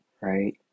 Right